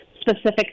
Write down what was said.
specific